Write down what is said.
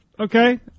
Okay